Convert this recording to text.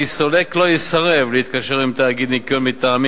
כי סולק לא יסרב להתקשר עם תאגיד ניכיון מטעמים